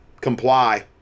comply